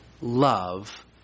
love